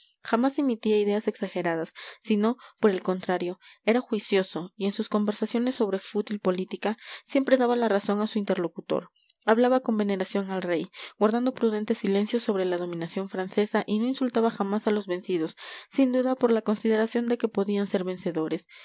jamás emitía ideas exageradas sino por el contrario era juicioso y en sus conversaciones sobre fútil política siempre daba la razón a su interlocutor hablaba con veneración del rey guardando prudente silencio sobre la dominación francesa y no insultaba jamás a los vencidos sin duda por la consideración de que podían ser vencedores